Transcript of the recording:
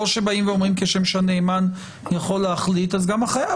או שאומרים שכשם שהנאמן יכול להחליט אז גם החייב